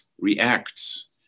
reacts